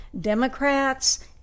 Democrats